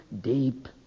deep